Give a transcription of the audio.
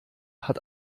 hat